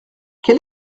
quel